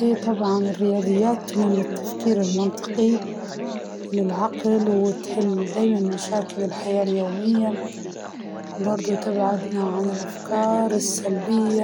الرياضيات مهمة، لإنها تعلمنا التفكير المنطقي و التحليل، وهذه المهارات نحتاجوها في حياتنا اليومية، مش بس أرقام بل هي